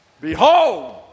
Behold